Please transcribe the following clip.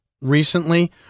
recently